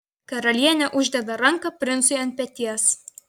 karalienė uždeda ranką princui ant peties